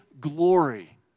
glory